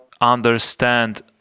understand